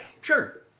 sure